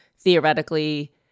theoretically